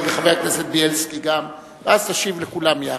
חבר הכנסת בילסקי גם, ואז תשיב לכולם יחד.